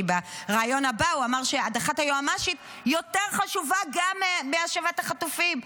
כי בריאיון הבא הוא אמר: הדחת היועמ"שית יותר חשובה גם מהשבת החטופים.